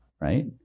right